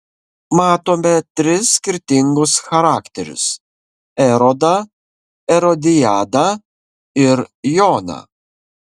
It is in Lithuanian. matome tris skirtingus charakterius erodą erodiadą ir joną